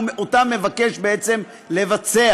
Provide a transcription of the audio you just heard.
שאותם הוא מבקש בעצם לבצע.